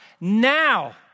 now